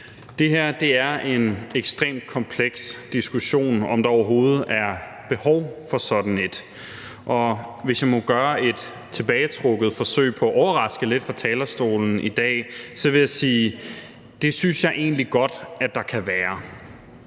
Det er en ekstremt kompleks diskussion, om der overhovedet er behov for sådan et. Hvis jeg må gøre et tilbagetrukket forsøg på at overraske lidt fra talerstolen i dag, vil jeg sige, at det synes jeg egentlig godt der kan være.